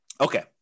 Okay